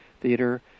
Theater